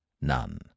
None